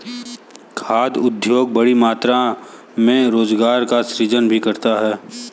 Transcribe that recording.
खाद्य उद्योग बड़ी मात्रा में रोजगार का सृजन भी करता है